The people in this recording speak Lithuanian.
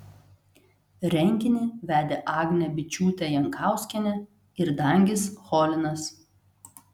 renginį vedė agnė byčiūtė jankauskienė ir dangis cholinas